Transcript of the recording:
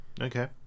Okay